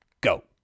go